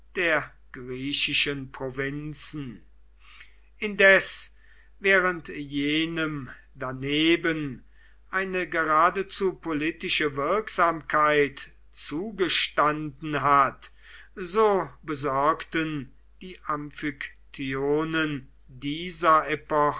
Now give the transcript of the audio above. der griechischen provinzen indes während jenem daneben eine geradezu politische wirksamkeit zugestanden hat so besorgten die amphiktyonen dieser